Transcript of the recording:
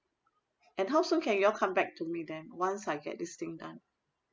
and how soon can you all come back to me then once I get this thing done